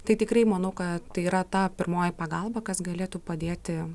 tai tikrai manau kad tai yra ta pirmoji pagalba kas galėtų padėti